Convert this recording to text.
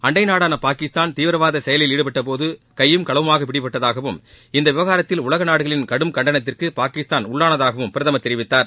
அண்டை நாடான பாகிஸ்தான் தீவிரவாத செயலில் ஈடுபட்டபோது கையும் களவுமாக பிடிபட்டதாகவும் இந்த விவகாரத்தில் உலக நாடுகளின் கடும் கண்டனத்திற்கு பாகிஸ்தான் உள்ளானதாகவும் பிரதமர் தெரிவித்தார்